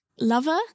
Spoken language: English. lover